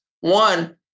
One